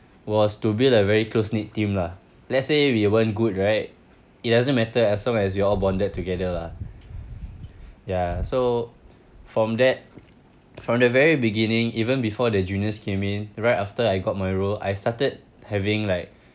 was to build a very close knit team lah let's say we weren't good right it doesn't matter as long as you all bonded together lah ya so from that from the very beginning even before the juniors came in right after I got my role I started having like